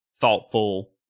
thoughtful